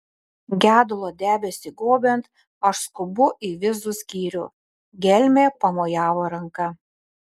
gedulo debesiui gobiant aš skubu į vizų skyrių gelmė pamojavo ranka